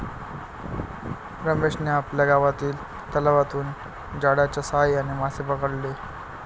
रमेशने आपल्या गावातील तलावातून जाळ्याच्या साहाय्याने मासे पकडले